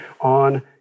on